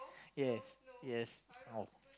yes yes oh